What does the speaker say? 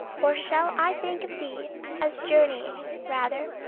or shall i think of thee as journeying, rather,